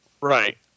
Right